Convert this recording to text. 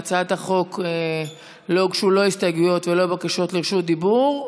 להצעת החוק לא הוגשו לא הסתייגויות ולא בקשות רשות דיבור,